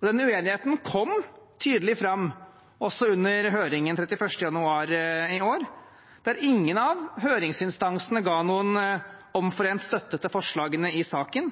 Den uenigheten kom tydelig fram også under høringen 31. januar i år, der ingen av høringsinstansene ga noen omforent støtte til forslagene i saken.